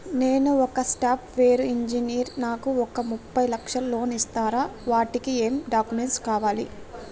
నేను ఒక software engineer నాకు ఒక ముప్పై లక్షల లోన్ ఇస్తరా? వాటికి ఏం డాక్యుమెంట్స్ కావాలి?